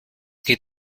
geht